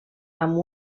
amb